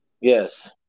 Yes